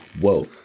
Whoa